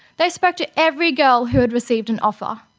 they spoke to every girl who had received an offer.